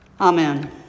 Amen